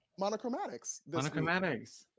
monochromatics